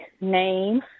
name